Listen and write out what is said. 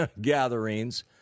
gatherings